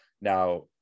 Now